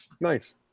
nice